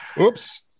Oops